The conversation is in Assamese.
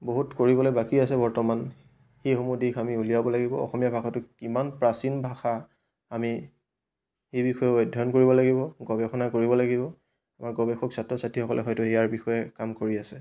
বহুত কৰিবলৈ বাকী আছে বৰ্তমান সেইসমূহ দিশ আমি উলিয়াব লাগিব অসমীয়া ভাষাটো কিমান প্ৰাচীন ভাষা আমি এই বিষয়েও অধ্যয়ন কৰিব লাগিব গৱেষণা কৰিব লাগিব আমাৰ গৱেষক ছাত্ৰ ছাত্ৰীসকলে হয়তো ইয়াৰ বিষয়ে কাম কৰি আছে